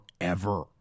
forever